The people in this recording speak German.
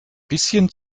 bisschen